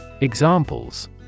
Examples